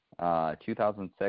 2006